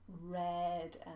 red